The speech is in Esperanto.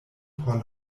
por